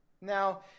Now